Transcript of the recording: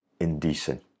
indecent